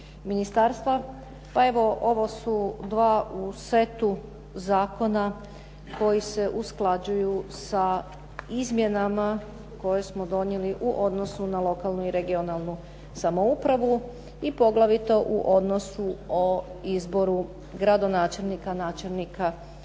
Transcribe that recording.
ministarstva. Pa evo, ovo su dva u setu zakona koji se usklađuju sa izmjenama koje smo donijeli u odnosu na lokalnu i regionalnu samoupravu i poglavito u odnosu o izboru gradonačelnika, načelnika